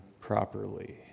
properly